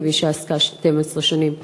כמי שעסקה 12 שנים בהסברה,